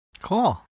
Cool